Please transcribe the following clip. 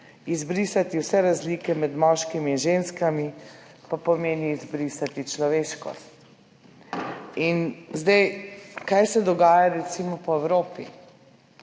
Izbrisati vse razlike med moškimi in ženskami pa pomeni izbrisati človeškost. Kaj se dogaja recimo po Evropi,